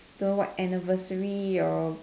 don't know what anniversary or